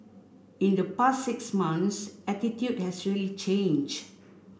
in the past six months attitude has really changed